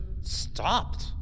stopped